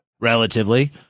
relatively